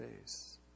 face